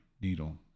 needle